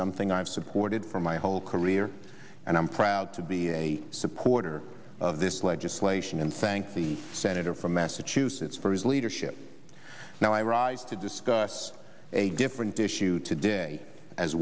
something i've supported for my whole career and i'm proud to be a supporter of this legislation and thank the senator from massachusetts for his leadership now i rise to discuss a different issue today as